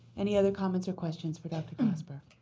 any other comments or questions for dr. glasper?